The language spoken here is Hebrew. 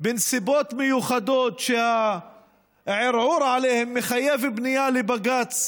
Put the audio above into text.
בנסיבות מיוחדות, שהערעור עליהן מחייב פנייה לבג"ץ